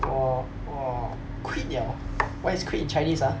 我我 quit liao what is quit in chinese ah